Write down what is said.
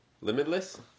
limitless